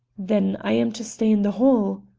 then i am to stay in the hall?